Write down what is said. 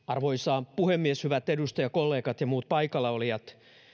arvoisa puhemies hyvät edustajakollegat ja muut paikallaolijat